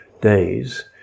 days